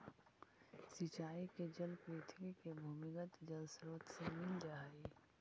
सिंचाई के जल पृथ्वी के भूमिगत जलस्रोत से मिल जा हइ